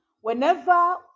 whenever